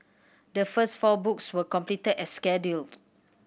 the first four books were completed as scheduled